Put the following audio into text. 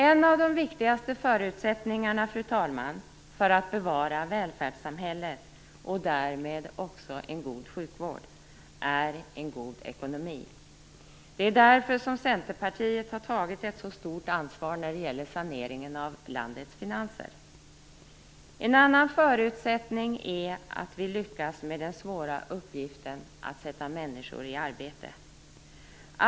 En av de viktigaste förutsättningarna, fru talman, för att bevara välfärdssamhället och därmed också en god sjukvård, är en god ekonomi. Det är därför Centerpartiet har tagit ett så stort ansvar när det gäller saneringen av landets finanser. En annan förutsättning är att vi lyckas med den svåra uppgiften att sätta människor i arbete.